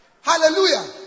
Hallelujah